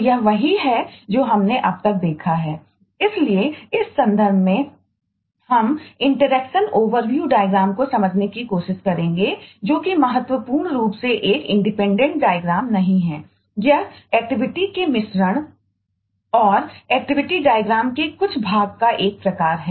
यह एक्टिविटी के कुछ भाग का एक प्रकार है